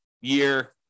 year